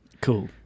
cool